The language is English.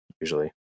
usually